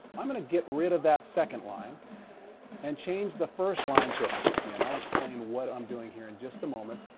i'm going to get rid of that second line and change the first line to a fifty. and i'll explain what i'm doing here in just a moment.